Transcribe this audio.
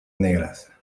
negras